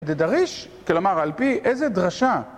זה דריש? כלומר, על פי איזה דרשה?